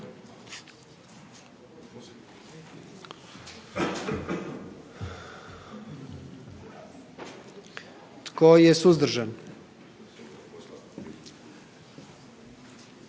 Tko je suzdržan?